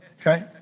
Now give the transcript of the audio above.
okay